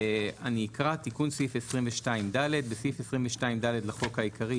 אני אקרא: "תיקון סעיף 22ד 2. בסעיף 22ד לחוק העיקרי